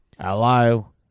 Hello